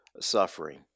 suffering